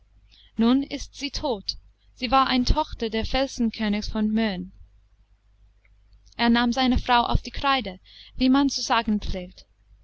nun ist sie tot sie war eine tochter des felsenkönigs von möen er nahm seine frau auf die kreide wie man zu sagen pflegt